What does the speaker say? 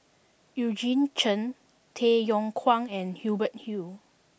Eugene Chen Tay Yong Kwang and Hubert Hill